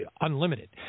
unlimited